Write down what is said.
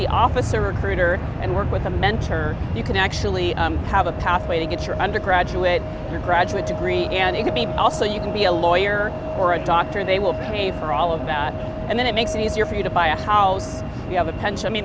the officer recruiter and work with a mentor you can actually have a pathway to get your undergraduate or graduate degree and it could be also you can be a lawyer or a doctor they will pay for all of that and then it makes it easier for you to buy a house you have a pension me